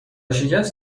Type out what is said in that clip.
شکست